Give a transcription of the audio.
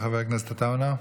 חבר הכנסת אחמד טיבי,